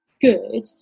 good